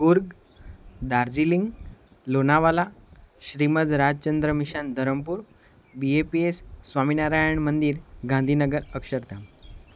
Coorg Darjeeling Lonavala Shrimad Raj Chandra mission Dharampur BAPS Swaminarayan Mandir Gandhinagar Akshardham